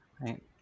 Right